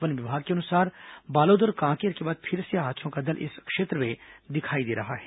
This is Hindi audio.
वन विभाग के अनुसार बालोद और कांकेर के बाद फिर से हाथियों का दल इस क्षेत्र में दिखाई दे रहा है